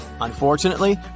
Unfortunately